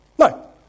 No